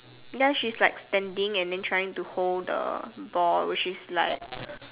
ya she's like standing and then trying to hold the ball which is like